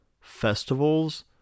festivals